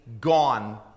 gone